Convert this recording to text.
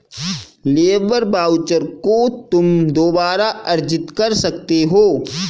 labour voucher को तुम दोबारा अर्जित कर सकते हो